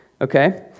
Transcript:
Okay